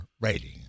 rating